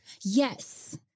Yes